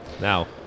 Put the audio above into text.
now